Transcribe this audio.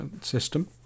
system